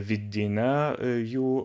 vidinę jų